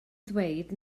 ddweud